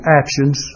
actions